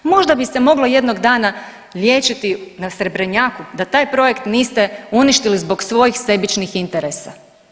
Možda bi se moglo jednog dana liječiti na Srebrenjaku da taj projekt niste uništili zbog svojih sebičnih interesa.